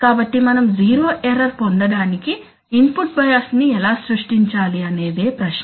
కాబట్టి మనం zero error పొందడానికి ఇన్పుట్ బయాస్ ని ఎలా సృష్టించాలి అనేదే ప్రశ్న